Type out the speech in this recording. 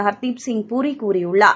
ஹர்தீப் சிங் புரி கூறியுள்ளார்